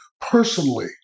personally